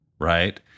right